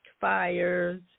fires